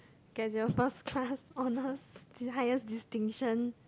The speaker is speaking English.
get your first class honours d~ highest distinction